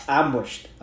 ambushed